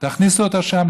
תכניסו אותה לשם,